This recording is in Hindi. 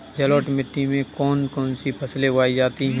जलोढ़ मिट्टी में कौन कौन सी फसलें उगाई जाती हैं?